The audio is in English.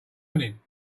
toning